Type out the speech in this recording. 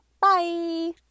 Bye